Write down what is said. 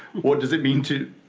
what does it mean to?